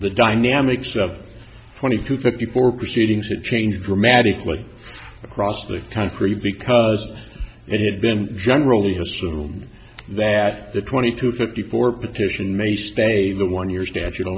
the dynamics of twenty two fifty four proceedings had changed dramatically across the country because it had been generally assumed that the twenty to fifty four petition may stay the one year statute of